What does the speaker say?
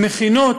המכינות,